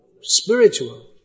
spiritual